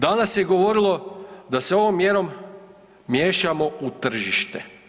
Danas se govorilo da se ovom mjerom miješamo u tržište.